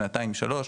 שנתיים-שלוש,